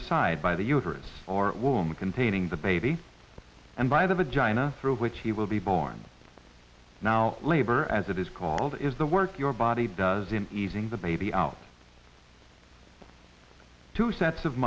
aside by the uterus or woman containing the baby and by the vagina through which he will be born now labor as it is called is the work your body does in easing the baby out two sets of